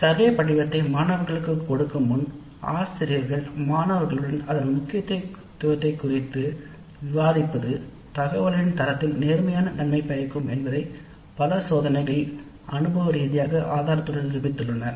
இவ்வாறு செய்வதால் கணக்கெடுப்பின் தரம் உயர்கிறது